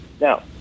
Now